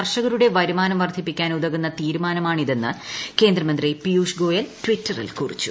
കർഷകരുടെ വരുമാനം വർദ്ധിപ്പിക്കാൻ ഉ്തകുന്ന തീരുമാനമാണിതെന്ന് കേന്ദ്രമന്ത്രി പിയൂഷ് ഗോയൽ ട്വിറ്ററിൽ കുറിച്ചു